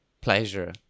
pleasure